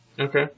Okay